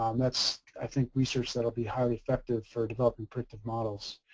um that's i think research that will be highly effective for developing printed models.